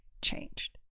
changed